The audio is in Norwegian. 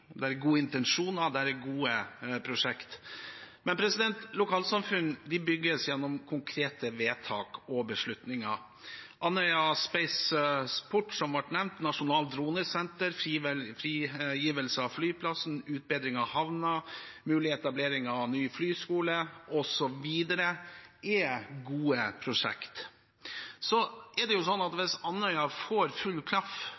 Det er gode intensjoner. Det er gode prosjekter. Men lokalsamfunn bygges gjennom konkrete vedtak og beslutninger. Andøya Spaceport, som ble nevnt, nasjonalt dronesenter, frigivelse av flyplassen, utbedring av havna, mulig etablering av en ny flyskole, osv., er gode prosjekter. Hvis Andøya får full klaff på alle baller som nå er i lufta, vil det